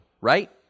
right